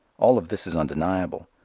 all of this is undeniable,